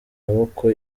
maboko